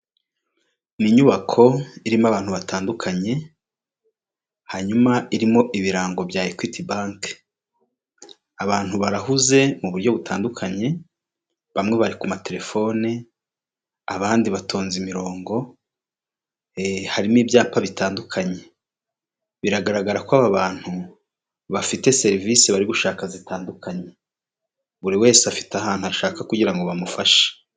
Ni inyubako irimo abantu batandukanye, hanyuma irimo ibirango bya ekwiti banke, abantu barahuze mu buryo butandukanye bamwe bari ku matelefone abandi batonze imirongo, harimo ibyapa bitandukanye, biragaragara ko aba bantu bafite serivisi bari gushaka zitandukanye, buri wese afite ahantu ashaka kugira ngo bamufashe.